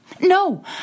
No